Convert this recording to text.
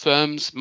Firms